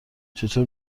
چطور